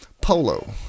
Polo